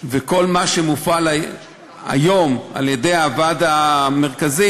וכל מה שמופעל היום על-ידי הוועד המרכזי